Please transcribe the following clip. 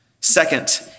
Second